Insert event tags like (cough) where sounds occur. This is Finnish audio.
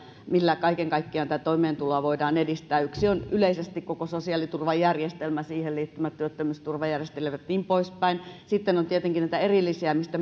millä kaiken kaikkiaan tätä toimeentuloa voidaan edistää yksi on yleisesti koko sosiaaliturvajärjestelmä siihen liittyvät työttömyysturvajärjestelyt ja niin poispäin sitten on tietenkin näitä erillisiä mistä (unintelligible)